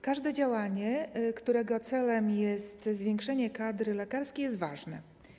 Każde działanie, którego celem jest zwiększenie kadry lekarskiej, jest ważne.